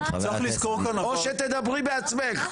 או שתדברי בעצמך.